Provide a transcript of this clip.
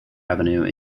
avenue